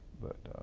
but